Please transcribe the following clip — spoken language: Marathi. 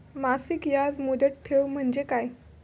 मासिक याज मुदत ठेव म्हणजे काय?